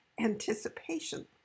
anticipation